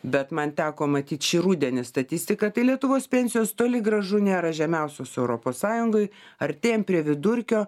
bet man teko matyt šį rudenį statistiką tai lietuvos pensijos toli gražu nėra žemiausios europos sąjungoj artėjam prie vidurkio